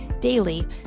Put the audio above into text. daily